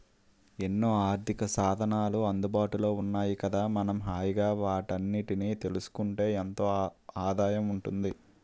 ఎన్నో ఆర్థికసాధనాలు అందుబాటులో ఉన్నాయి కదా మనం హాయిగా వాటన్నిటినీ తెలుసుకుంటే ఎంతో ఆదాయం ఉంటుంది